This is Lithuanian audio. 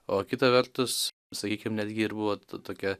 o kita vertus sakykim netgi ir buvo tokia